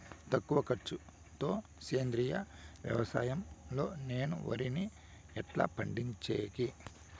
తక్కువ ఖర్చు తో సేంద్రియ వ్యవసాయం లో నేను వరిని ఎట్లా పండించేకి?